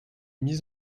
mises